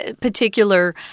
particular